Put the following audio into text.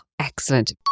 excellent